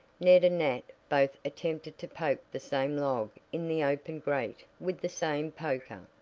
ned and nat both attempted to poke the same log in the open grate with the same poker,